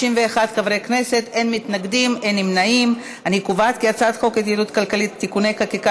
ההצעה להעביר את הצעת חוק ההתייעלות הכלכלית (תיקוני חקיקה